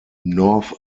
north